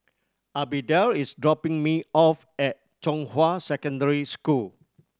Abdiel is dropping me off at Zhonghua Secondary School